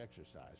exercise